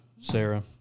Sarah